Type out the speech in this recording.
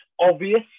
obvious